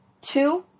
Two